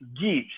gives